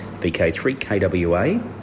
VK3KWA